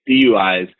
DUIs